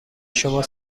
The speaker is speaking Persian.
شما